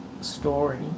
story